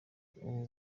ubu